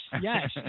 yes